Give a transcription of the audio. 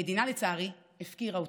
המדינה, לצערי, הפקירה אותם.